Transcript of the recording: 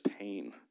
pain